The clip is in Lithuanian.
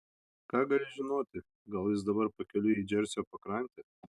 ką gali žinoti gal jis dabar pakeliui į džersio pakrantę